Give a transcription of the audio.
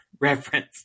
reference